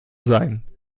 sein